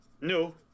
No